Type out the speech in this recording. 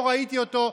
לא ראיתי אותו.